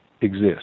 exist